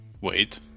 Wait